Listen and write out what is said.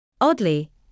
Oddly